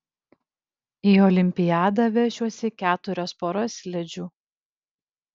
į olimpiadą vešiuosi keturias poras slidžių